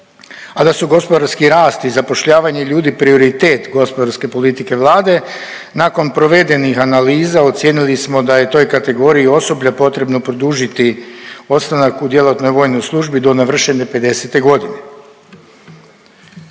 a da su gospodarski rast i zapošljavanje ljudi prioritet gospodarske politike Vlade nakon provedenih analiza ocijenili smo da je toj kategoriji osoblja potrebno produžiti ostanak u djelatnoj vojnoj službi do navršene 50 godine.